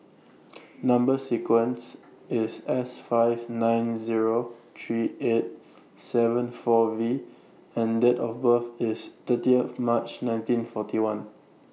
Number sequence IS S five nine Zero three eight seven four V and Date of birth IS thirtieth March nineteen forty one